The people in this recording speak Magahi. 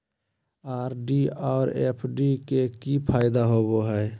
आर.डी और एफ.डी के की फायदा होबो हइ?